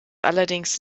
allerdings